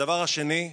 הדבר השני,